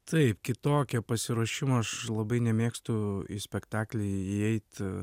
taip kitokio pasiruošimo aš labai nemėgstu į spektaklį įeit